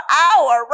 hour